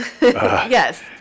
Yes